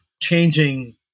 changing